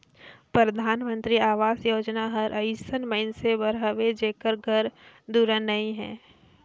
परधानमंतरी अवास योजना हर अइसन मइनसे बर हवे जेकर घर दुरा नी हे